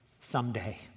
someday